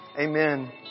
amen